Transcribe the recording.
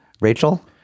Rachel